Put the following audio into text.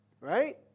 Right